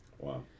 Wow